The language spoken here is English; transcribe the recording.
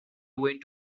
went